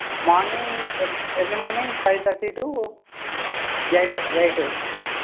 morning early morning five thirty two ఏడు eight